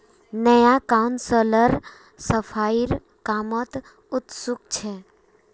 नया काउंसलर सफाईर कामत उत्सुक छ